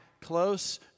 close